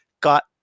got